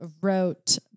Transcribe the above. wrote